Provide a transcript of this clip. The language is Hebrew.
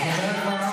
מי אומר "שקט כרגע"?